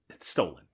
stolen